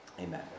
amen